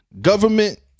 government